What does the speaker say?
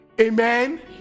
Amen